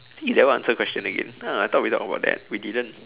you never answer question again ah I thought we talked about that we didn't